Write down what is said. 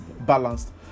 balanced